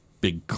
big